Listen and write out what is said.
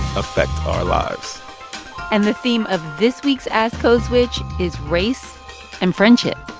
affect our lives and the theme of this week's ask code switch is race and friendship